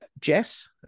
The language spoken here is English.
Jess